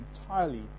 entirely